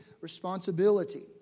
responsibility